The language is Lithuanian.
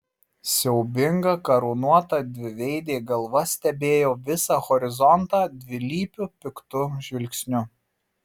siaubinga karūnuota dviveidė galva stebėjo visą horizontą dvilypiu piktu žvilgsniu